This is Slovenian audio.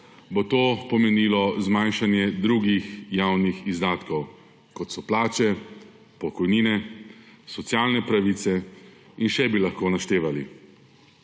bo to pomenilo zmanjšanje drugih javnih izdatkov, kot so plače, pokojnine, socialne pravice in še bi lahko naštevali. Novela